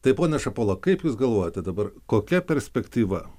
tai pone šapola kaip jūs galvojate dabar kokia perspektyva